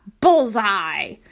Bullseye